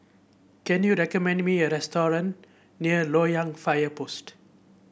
can you recommend me a restaurant near Loyang Fire Post